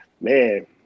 man